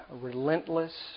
relentless